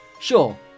Sure